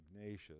Ignatius